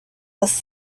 was